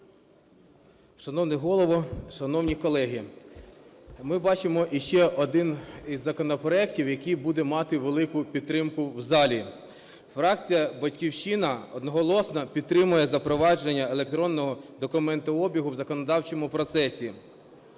Шановний голово, шановні колеги! Ми бачимо іще один із законопроектів, який буде мати велику підтримку в залі. Фракція "Батьківщина" одноголосно підтримує запровадження електронного документообігу в законодавчому процесі.